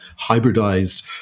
hybridized